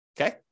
Okay